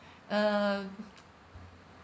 uh